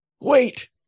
Wait